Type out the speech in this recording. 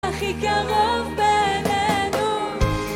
הכי קרוב בינינו